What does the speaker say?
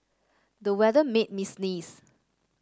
the weather made me sneeze